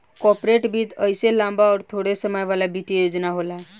corporate वित्त अइसे लम्बा अउर थोड़े समय वाला वित्तीय योजना होला